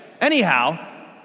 Anyhow